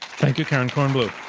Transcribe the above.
thank you, karen kornbluh.